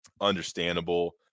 understandable